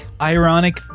ironic